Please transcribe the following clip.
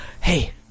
Hey